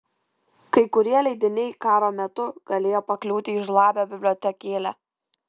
kai kurie leidiniai karo metu galėjo pakliūti į žlabio bibliotekėlę